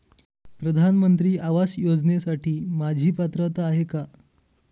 प्रधानमंत्री आवास योजनेसाठी माझी पात्रता आहे का?